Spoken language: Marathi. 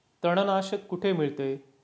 तणनाशक कुठे मिळते?